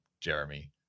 Jeremy